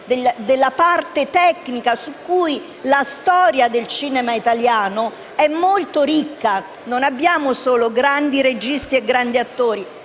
della parte tecnica di cui la storia del cinema italiano è molto ricca: non abbiamo solo grandi registi e grandi attori,